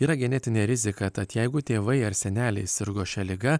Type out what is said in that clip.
yra genetinė rizika tad jeigu tėvai ar seneliai sirgo šia liga